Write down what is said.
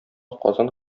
казан